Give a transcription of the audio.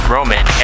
Roman